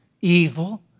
evil